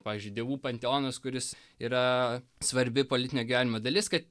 pavyzdžiui dievų panteonas kuris yra svarbi politinio gyvenimo dalis kad